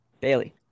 Bailey